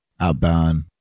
outbound